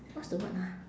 what's the word ah